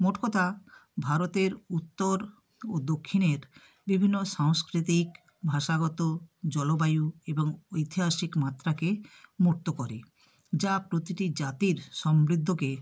মোট কথা ভারতের উত্তর ও দক্ষিণের বিভিন্ন সাংস্কৃতিক ভাষাগত জলবায়ু এবং ঐতিহাসিক মাত্রাকে মূর্ত করে যা প্রতিটি জাতির সমৃদ্ধকে